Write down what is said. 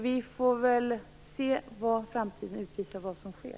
Vi får väl se vad framtiden utvisar och vad som sker.